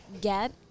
get